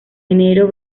enero